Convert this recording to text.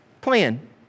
plan